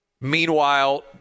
Meanwhile